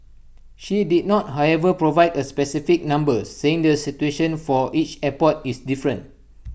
she did not however provide A specific number saying the situation for each airport is different